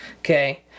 Okay